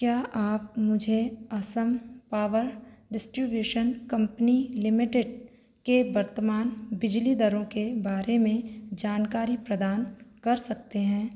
क्या आप मुझे Assam power distribution company limited की वर्तमान बिजली दरों के बारे में जानकारी प्रदान कर सकते हैं